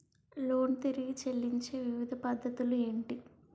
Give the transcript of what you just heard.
Loan తిరిగి చెల్లించే వివిధ పద్ధతులు ఏంటి?